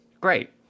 great